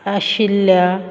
आशिल्ल्या